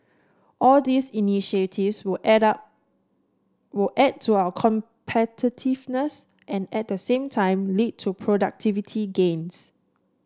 all these initiatives will add up will add to our competitiveness and at the same time lead to productivity gains